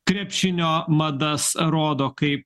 krepšinio madas rodo kai